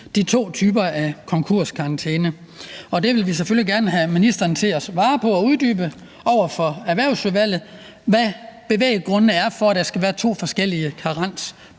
de to typer af konkurskarantæne, og vi vil selvfølgelig gerne have ministeren til at svare på og uddybe over for Erhvervsudvalget, hvad bevæggrundene er for, at der skal være to forskellige karensperioder.